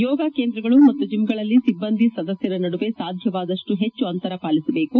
ಯೋಗ ಕೇಂದ್ರಗಳು ಮತ್ತು ಜಿಮ್ಗಳಲ್ಲಿ ಸಿಬ್ಬಂದಿ ಸದಸ್ವರ ನಡುವೆ ಸಾಧ್ವವಾದಷ್ಟು ಹೆಚ್ಚು ಅಂತರವನ್ನು ಪಾಲಿಸಬೇಕು